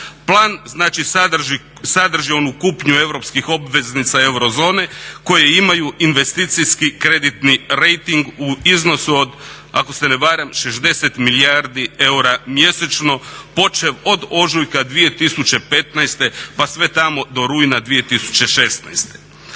znači sadrži onu kupnju europskih obveznica eurozone koje imaju investicijski kreditni rejting u iznosu od, ako se ne varam, 60 milijardi eura mjesečno, počev od ožujka 2015. pa sve tamo do rujna 2016.